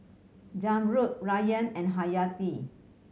Zamrud Ryan and Hayati